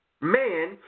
man